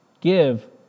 Give